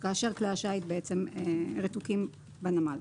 כאשר כלי השיט רתוקים בנמל.